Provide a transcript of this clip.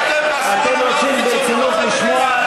אתם רוצים ברצינות לשמוע,